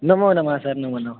नमो नमः सर् नमो नमः